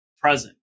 present